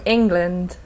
England